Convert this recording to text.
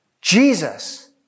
Jesus